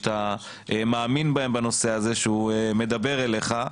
שאתה מאמין בהם בנושא הזה שהוא מדבר אליך,